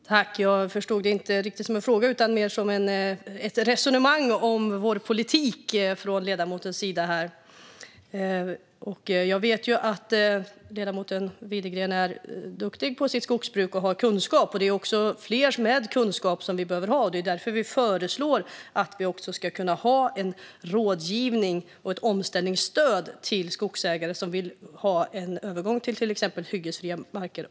Fru talman! Jag förstod det inte riktigt som en fråga utan mer som ett resonemang om vår politik från ledamotens sida. Jag vet ju att ledamoten Widegren är duktig på sitt skogsbruk och har kunskap. Det behövs fler med kunskap - det är därför vi föreslår att det ska kunna finnas en rådgivning och ett omställningsstöd till skogsägare som vill göra en övergång till exempelvis hyggesfria marker.